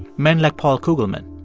men like paul kugelman.